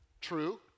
True